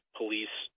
police